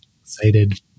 excited